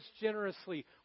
generously